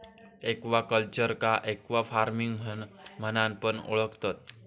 एक्वाकल्चरका एक्वाफार्मिंग म्हणान पण ओळखतत